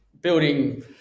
building